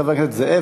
חבר הכנסת זאב,